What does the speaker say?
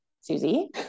Susie